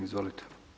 Izvolite.